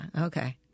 Okay